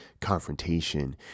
confrontation